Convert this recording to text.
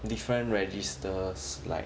different registers like